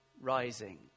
rising